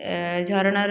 ଏ ଝରଣାର